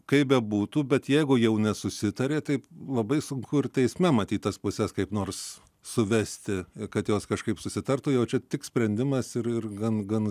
kaip bebūtų bet jeigu jau nesusitarė taip labai sunku ir teisme matyt tas puses kaip nors suvesti kad jos kažkaip susitartų jau čia tik sprendimas ir ir gan gan